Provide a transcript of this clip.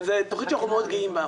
זו תוכנית שאנחנו מאוד גאים בה.